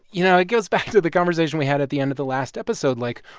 you know, it goes back to the conversation we had at the end of the last episode. like,